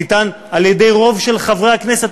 ניתן על-ידי רוב של חברי הכנסת,